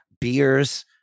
beers